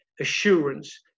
assurance